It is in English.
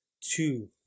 two